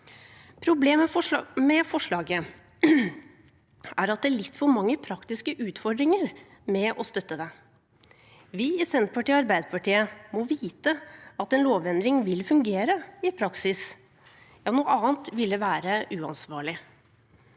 Problemet med forslaget er at det er litt for mange praktiske utfordringer med å støtte det. Vi i Senterpartiet og Arbeiderpartiet må vite at en lovendring vil fungere i praksis, noe annet ville være uansvarlig.